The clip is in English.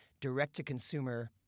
direct-to-consumer